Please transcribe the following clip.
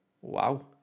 Wow